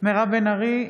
מירב בן ארי,